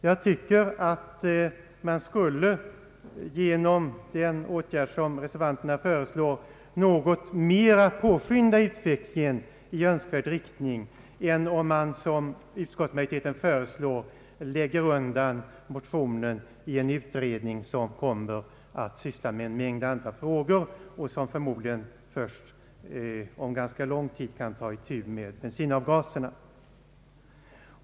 Jag tycker emellertid att man, genom den åtgärd som reservanterna föreslår, något mer skulle påskynda utvecklingen i önskvärd riktning än om man, som utskottsmajoriteten föreslår, hänvisar motionen till en utredning som kommer att syssla med en mängd andra frågor och som förmodligen först om ganska lång tid kan ta itu med bilavgaserna.